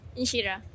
Inshira